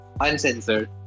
Uncensored